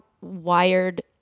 wired